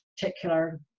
particular